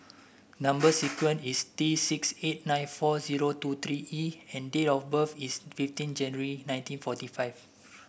number sequence is T six eight nine four zero two three E and date of birth is fifteen January nineteen forty five